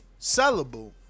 sellable